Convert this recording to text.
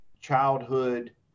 childhood